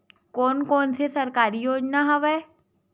कोन कोन से सरकारी योजना हवय?